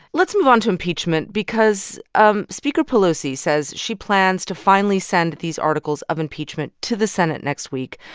let's move on to impeachment because um speaker pelosi says she plans to finally send these articles of impeachment to the senate next week,